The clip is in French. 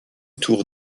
tour